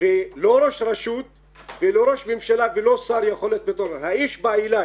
ולא ראש רשות ולא ראש ממשלה ולא שר יכול להיות האיש בא אליי